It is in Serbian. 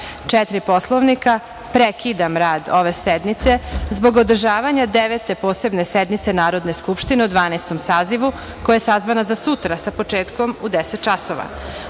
4. Poslovnika, prekidam rad ove sednice zbog održavanja Devete posebne sednice Narodne skupštine u Dvanaestom sazivu, koja je sazvana za sutra, sa početkom u 10,00